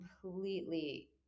completely